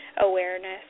awareness